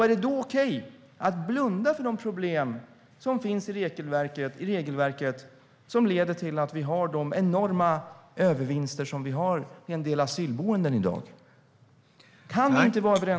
Är det då okej att blunda för de problem som finns i regelverket och som leder till att vi har de enorma övervinster som vi i dag har i en del asylboenden?